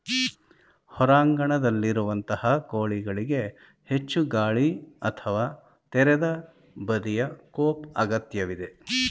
ಹೊರಾಂಗಣದಲ್ಲಿರುವಂತಹ ಕೋಳಿಗಳಿಗೆ ಹೆಚ್ಚು ಗಾಳಿ ಅಥವಾ ತೆರೆದ ಬದಿಯ ಕೋಪ್ ಅಗತ್ಯವಿದೆ